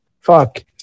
Fuck